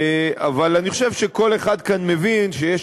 אבל אני חושב שכל אחד כאן מבין שיש